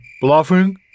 Bluffing